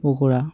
pakora